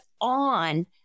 on